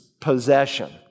possession